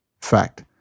Fact